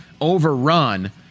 overrun